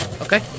Okay